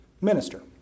minister